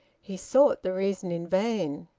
he sought the reason in vain.